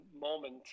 moment